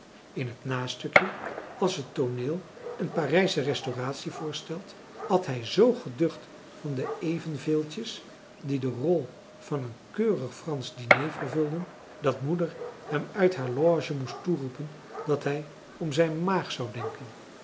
in het nastukje als het tooneel een parijsche restauratie voorstelt at hij zoo geducht van de evenveeltjes die de rol van een keurig fransch diner vervulden dat moeder hem uit haar loge moest toeroepen dat hij om zijn maag zou denken